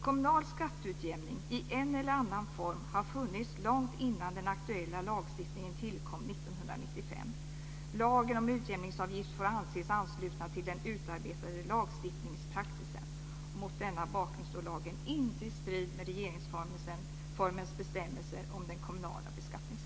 Kommunal skatteutjämning i en eller annan form har funnits långt innan den aktuella lagstiftningen tillkom 1995. Lagen om utjämningsavgift får anses ansluta till den utarbetade lagstiftningspraxisen. Mot den bakgrunden står lagen inte i strid med regeringsformens bestämmelser om den kommunala beskattningsrätten."